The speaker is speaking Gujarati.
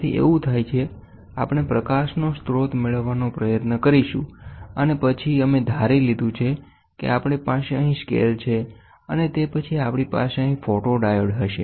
તેથી એવુ થાય છે આપણે પ્રકાશનો સ્રોત મેળવવાનો પ્રયત્ન કરીશું અને પછી અમે ધારી લીધું છે કે આપણી પાસે અહીં સ્કેલ છે અને તે પછી આપણી પાસે અહીં ફોટોડાયોડ હશે